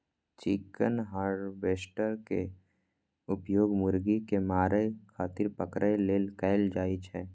chicken harvester के उपयोग मुर्गी कें मारै खातिर पकड़ै लेल कैल जाइ छै